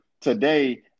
today